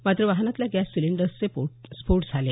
मात्र वाहनातल्या गॅस सिलिंडर्सचे स्फोट झाले